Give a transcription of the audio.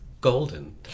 golden